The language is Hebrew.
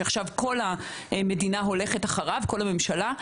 שעכשיו כל המדינה הולכת אחריו, כל הממשלה,